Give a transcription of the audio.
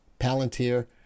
Palantir